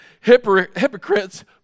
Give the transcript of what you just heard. Hypocrites